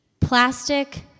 Plastic